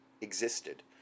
existed